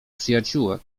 przyjaciółek